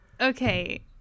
Okay